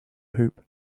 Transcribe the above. hoop